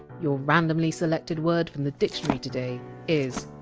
your randomly selected word from the dictionary today is!